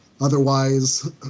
otherwise